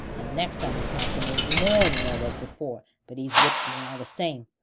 and next time he counts em there's more than there was before, but he's whipped me all the same.